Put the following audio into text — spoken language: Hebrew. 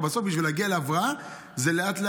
בסוף בשביל להגיע להבראה זה לאט-לאט,